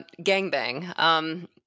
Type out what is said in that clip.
Gangbang